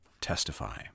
testify